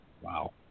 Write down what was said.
Wow